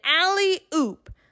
alley-oop